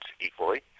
equally